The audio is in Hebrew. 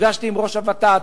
ישבתי עם ראש הות"ת.